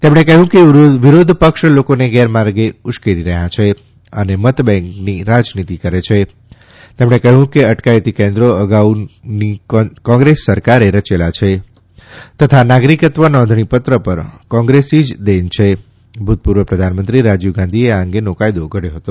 તેમણે કહ્યું કે વિરોધપક્ષ લોકોને ગેરમાર્ગે ઉશ્કેરે છે અને મતબેંકની રાજનીતિ કરે છે તેમણે કહ્યું કે અટકાયતી કેન્રોગે અગાઉન કોંગ્રેસ સરકારે રચેલાં છે તથા નાગરિકત્વ નોંધણીપત્રક પણ કોંગ્રેસી જ દેન છે ભૂતપૂર્વ પ્રધાનમંત્રી રાજીવગાંધીએ આ અંગેનો કાયદો ઘડ્યો હતો